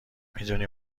میدونی